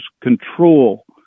control